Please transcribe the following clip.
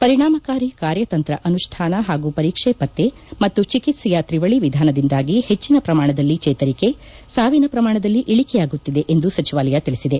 ಪರಿಣಾಮಕಾರಿ ಕಾರ್ಯತಂತ್ರ ಅನುಷ್ಠಾನ ಹಾಗೂ ಪರೀಕ್ಷೆ ಪತ್ತೆ ಮತ್ತು ಚಿಕಿತ್ಸೆಯ ತ್ರಿವಳಿ ವಿಧಾನದಿಂದಾಗಿ ಹೆಚ್ಚಿನ ಪ್ರಮಾಣದಲ್ಲಿ ಜೇತರಿಕೆ ಸಾವಿನ ಪ್ರಮಾಣದಲ್ಲಿ ಇಳಕೆಯಾಗುತ್ತಿದೆ ಎಂದು ಸಚಿವಾಲಯ ತಿಳಿಸಿದೆ